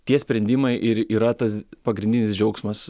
tie sprendimai ir yra tas pagrindinis džiaugsmas